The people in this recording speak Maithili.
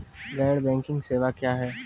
गैर बैंकिंग सेवा क्या हैं?